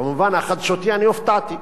במובן החדשותי אני הופתעתי,